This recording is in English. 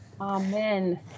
Amen